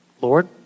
Lord